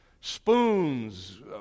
Spoons